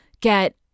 get